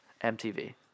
MTV